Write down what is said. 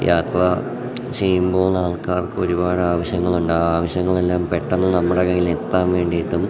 യാത്രാ ചെയ്യുമ്പോളാൾക്കാർക്ക് ഒരുപാടാവശ്യങ്ങളുണ്ട് ആ ആവശ്യങ്ങളെല്ലാം പെട്ടെന്ന് നമ്മുടെ കയ്യിലെത്താൻ വേണ്ടിയിട്ടും